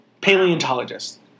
Paleontologist